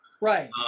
Right